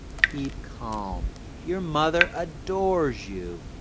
keep calm your mother adores you.